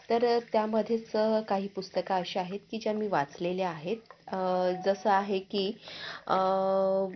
तर त्यामध्येच काही पुस्तकं अशी आहेत की ज्या मी वाचलेले आहेत जसं आहे की